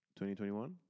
2021